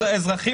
אתם רוצים